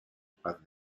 paz